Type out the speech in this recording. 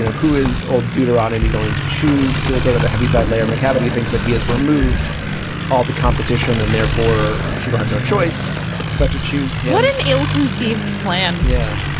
who is old deuteronomy going to choose to go to the heavy side layer? mcabee, he thinks that he has removed all the competition and therefore she will have no choice but to choose and an ill conceived plan yeah,